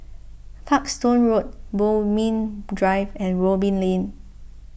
Parkstone Road Bodmin Drive and Robin Lane